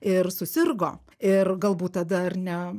ir susirgo ir galbūt tada ar ne